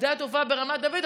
שדה התעופה ברמת דוד,